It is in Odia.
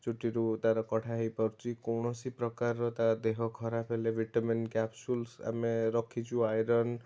ଚୁଟିରୁ ତାର କଢ଼ା ହେଇ ପାରୁଛି କୌଣସି ପ୍ରକାରର ତାର ଦେହ ଖରାପ ହେଲେ ଭିଟାମିନ୍ କ୍ୟାପ୍ସୁଲସ ଆମେ ରଖିଛୁ ଆଈରନ